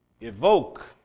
evoke